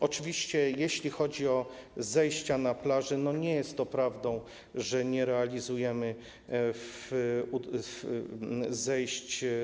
Oczywiście jeśli chodzi o zejścia na plażę, to nie jest prawdą, że nie realizujemy zejść.